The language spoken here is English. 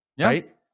Right